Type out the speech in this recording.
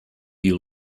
you